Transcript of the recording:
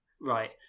Right